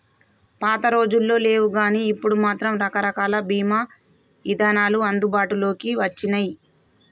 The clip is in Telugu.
పాతరోజుల్లో లేవుగానీ ఇప్పుడు మాత్రం రకరకాల బీమా ఇదానాలు అందుబాటులోకి వచ్చినియ్యి